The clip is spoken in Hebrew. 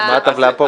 מה הטבלה פה?